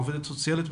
עובדת סוציאלית,